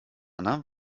anna